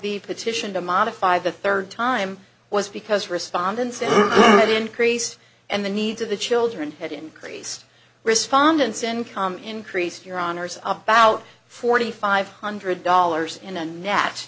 the petition to modify the third time was because respondents to the increase and the needs of the children had increased respondents income increased your honour's about forty five hundred dollars in a net